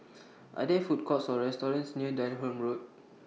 Are There Food Courts Or restaurants near Durham Road